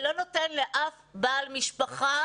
ולא נותן לאף בעל משפחה